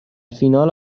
فینال